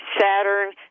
Saturn